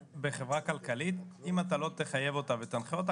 בחברה כלכלית אם אתה לא תחייב אותה ותנחה אותה